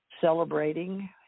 celebrating